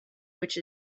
which